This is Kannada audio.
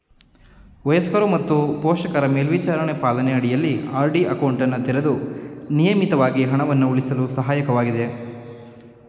ವಯಸ್ಕರು ತಮ್ಮ ಪೋಷಕರ ಮೇಲ್ವಿಚಾರಣೆ ಪಾಲನೆ ಅಡಿಯಲ್ಲಿ ಆರ್.ಡಿ ಅಕೌಂಟನ್ನು ತೆರೆದು ನಿಯಮಿತವಾಗಿ ಹಣವನ್ನು ಉಳಿಸಲು ಸಹಾಯಕವಾಗಿದೆ